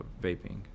vaping